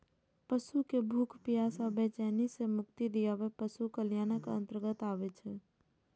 पशु कें भूख, प्यास आ बेचैनी सं मुक्ति दियाएब पशु कल्याणक अंतर्गत आबै छै